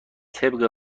طبق